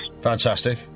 Fantastic